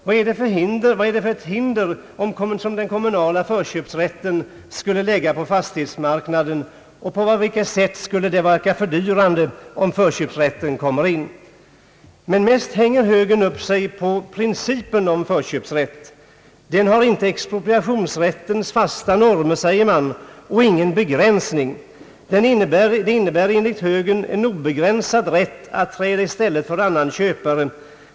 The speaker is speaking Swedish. Vilka band skulle den kommunala förköpsrätten lägga på fastighetsmarknaden och på vilket sätt skulle förköpsrätten verka fördyrande? Högern hänger mest upp sig på principen om förköpsrätt. Man säger att förköpsrätten inte har expropriationsrättens fasta normer och ingen begränsning. Den innebär enligt högern en obegränsad rätt för kommunen att träda i stället för annan köpare.